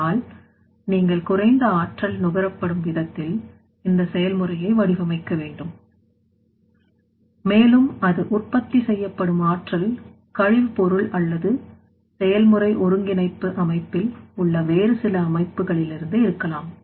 அதனால் நீங்கள் குறைந்த ஆற்றல் நுகரப்படும் விதத்தில் இந்த செயல்முறையை வடிவமைக்க வேண்டும் மேலும் அது உற்பத்தி செய்யப்படும் ஆற்றல் கழிவு பொருள் அல்லது செயல்முறை ஒருங்கிணைப்பு அமைப்பில் உள்ள வேறு சில அமைப்புகளிலிருந்து இருக்கலாம்